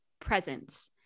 presence